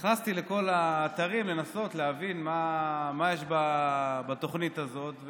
נכנסתי לכל האתרים לנסות להבין מה יש בתוכנית הזאת,